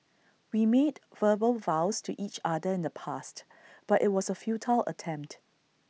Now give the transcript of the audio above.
we made verbal vows to each other in the past but IT was A futile attempt